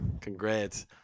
Congrats